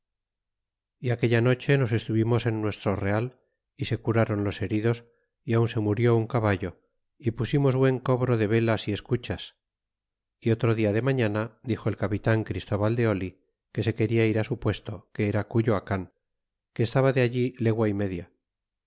y aquella noche nos estuvimos en nuestro real y se curáron los heridos y aun se murió un caballo y pusimos buen cobro de velas y escuchas y otro dia de mañana dixo el capitan christóval de oli que se quena ir su puesto que era cuyoacan que estaba de allí legua y media